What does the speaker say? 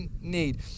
need